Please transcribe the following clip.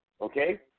Okay